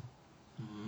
mm